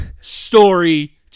story